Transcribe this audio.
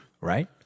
Right